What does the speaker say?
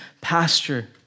pasture